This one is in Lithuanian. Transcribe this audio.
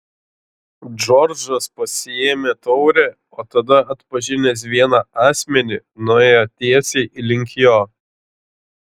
džordžas pasiėmė taurę o tada atpažinęs vieną asmenį nuėjo tiesiai link jo